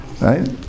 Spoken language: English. right